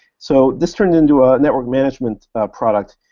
so this turned into a network management product.